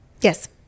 Yes